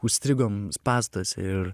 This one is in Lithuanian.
užstrigom spąstuose ir